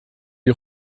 die